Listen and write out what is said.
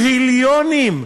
טריליונים.